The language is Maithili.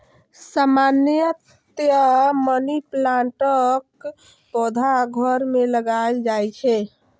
सामान्यतया मनी प्लांटक पौधा घर मे लगाएल जाइ छै